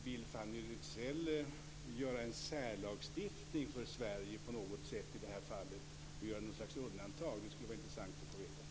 Vill Fanny Rizell införa en särlagstiftning i Sverige och göra något slags undantag? Det skulle vara intressant att få veta.